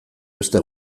beste